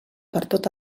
pertot